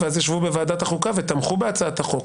ואז ישבו בוועדת החוקה ותמכו בהצעת החוק.